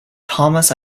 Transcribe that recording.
thomas